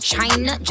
China